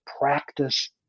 practice